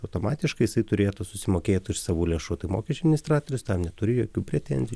automatiškai jisai turėtų susimokėt iš savų lėšų tai mokesčių administratorius neturi jokių pretenzijų